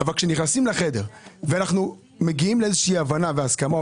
אבל נכנסים לחדר ואנחנו מגיעים לאיזושהי הבנה והסכמה.